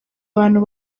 abantu